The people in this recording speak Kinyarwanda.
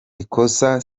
ikosa